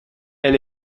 elle